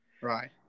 Right